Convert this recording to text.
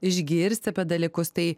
išgirst apie dalykus tai